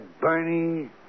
Bernie